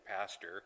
pastor